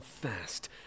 fast